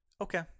okay